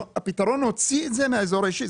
הפתרון הוציא את זה מהאזור האישי,